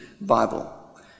Bible